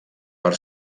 per